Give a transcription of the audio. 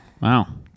Wow